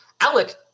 Alec